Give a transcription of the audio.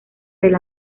del